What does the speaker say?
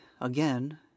again